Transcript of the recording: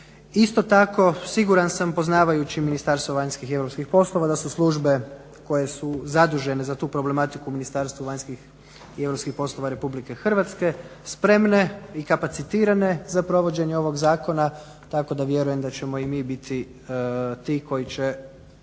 Isto tako siguran sam poznavajući Ministarstvo vanjskih i europskih poslova da su službe koje su zadužene za tu problematiku u Ministarstvu vanjskih i europskih poslova RH spremne i kapacitirane za provođenje ovog zakona, tako da vjerujem da ćemo i mi biti ti koji će